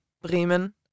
Bremen